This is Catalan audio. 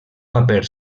paper